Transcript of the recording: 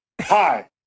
hi